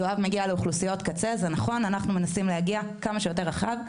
יואב מגיע לאוכלוסיות קצה ואנחנו מנסים להגיע כמה שיותר רחב.